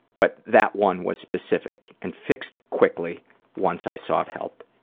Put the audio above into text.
but that one was specific and fixed quickly once i sought help.